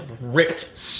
ripped